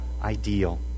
ideal